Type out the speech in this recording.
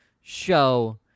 show